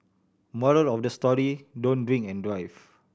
moral of the story don't drink and drive